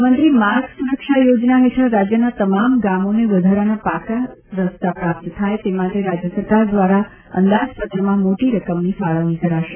મુખ્યમંત્રી માર્ગ સુરક્ષા યોજના હેઠળ રાજ્યના તમામ ગામોને વધારાના પાકા રસ્તા પ્રાપ્ત થાય તે માટે રાજ્ય સરકાર દ્વારા અંદાજપત્રમાં મોટી રકમની ફાળવણી કરાશે